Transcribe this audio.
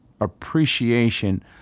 appreciation